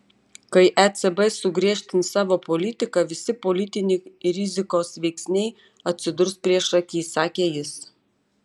kai ecb sugriežtins savo politiką visi politiniai rizikos veiksniai atsidurs priešaky sakė jis